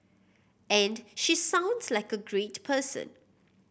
and she sounds like a great person